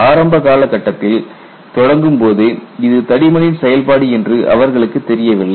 ஆரம்ப காலகட்டத்தில் தொடங்கும்போது இது தடிமனின் செயல்பாடு என்று அவர்களுக்கு தெரியவில்லை